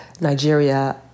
Nigeria